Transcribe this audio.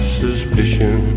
suspicion